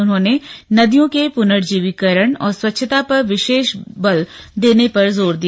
उन्होंने नदियों के पुनर्जीवीकरण और स्वच्छता पर विशेष ध्यान देने पर जोर दिया